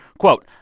quote,